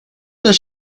does